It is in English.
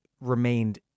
remained